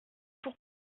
pour